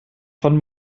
von